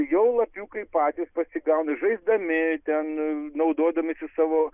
jau lapiukai patys pasigauna žaisdami ten naudodamiesi savo